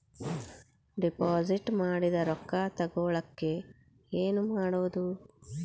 Deposit ಮಾಡಿದ ರೊಕ್ಕ ತಗೋಳಕ್ಕೆ ಏನು ಮಾಡೋದು?